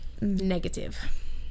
negative